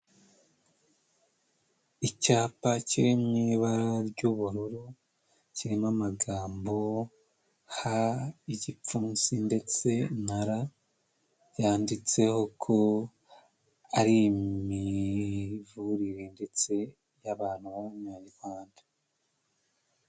Icyapa kiri mu ibara ry'ubururu kirimo amagambo H igipfunsi ndetse na R byanditseho ko ari imivurire ndetse y'abantu ba banyarwanda.